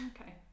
Okay